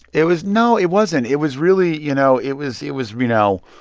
it was no, it wasn't. it was really you know, it was it was you know,